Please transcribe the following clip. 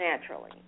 naturally